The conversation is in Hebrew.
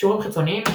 קישורים חיצוניים